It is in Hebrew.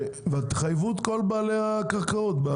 ותחייבו את כל בעלי הקרקעות.